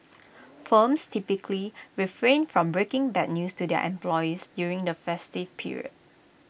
firms typically refrain from breaking bad news to their employees during the festive period